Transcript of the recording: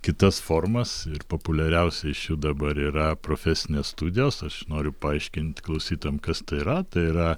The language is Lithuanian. kitas formas ir populiariausi iš jų dabar yra profesinės studijos aš noriu paaiškint klausytojam kas tai yra tai yra